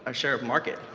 ah share of market,